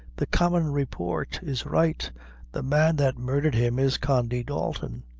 the common report is right the man that murdhered him is condy dalton.